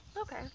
Okay